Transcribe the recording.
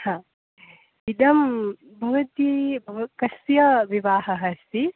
हा इदं भवति भव कस्य विवाहः अस्ति